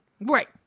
Right